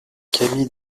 cami